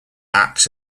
acts